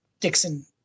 Dixon